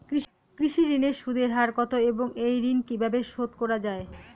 কৃষি ঋণের সুদের হার কত এবং এই ঋণ কীভাবে শোধ করা য়ায়?